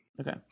Okay